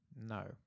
No